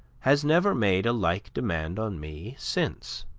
has never made a like demand on me since